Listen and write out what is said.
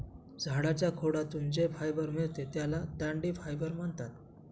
झाडाच्या खोडातून जे फायबर मिळते त्याला दांडी फायबर म्हणतात